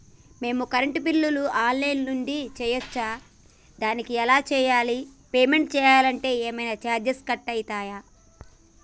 మేము కరెంటు బిల్లును online నుంచి చేయచ్చా? దానికి ఎలా చేయాలి? పేమెంట్ చేయాలంటే ఏమైనా చార్జెస్ కట్ అయితయా?